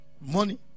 Money